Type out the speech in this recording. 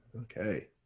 Okay